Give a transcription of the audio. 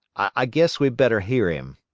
i guess we'd better hear him.